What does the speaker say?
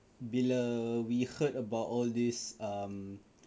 bila we heard about all this um